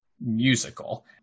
musical